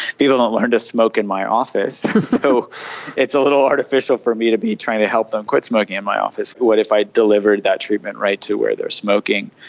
people don't learn to smoke in my office, so it's a little artificial for me to be trying to help them quit smoking in my office. what if i delivered that treatment right to where they are smoking?